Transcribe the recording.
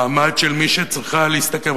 מעמד של מי שצריכה להשתכר,